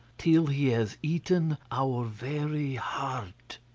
till he has eaten our very heart?